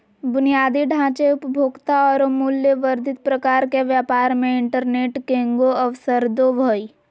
बुनियादी ढांचे, उपभोक्ता औरो मूल्य वर्धित प्रकार के व्यापार मे इंटरनेट केगों अवसरदो हइ